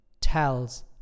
tells